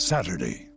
Saturday